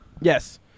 Yes